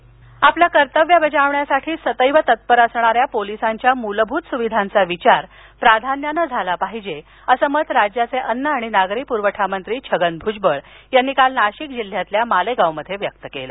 नाशिक आपलकर्तव्य बजावण्यासाठी सदैव तत्पोर असणाऱ्या पोलिसांच्या मुलभूत सुविधांचा विचार प्राधान्यानेझाला पाहिजे असे मत राज्याचे अन्न आणि नागरी पुरवठा मंत्री छगन भुजबळ यांनीकाल नाशिक जिल्ह्यातील मालेगाव इथ व्यक्त केलं